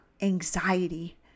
anxiety